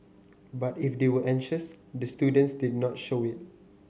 but if they were anxious the students did not show it